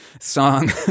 song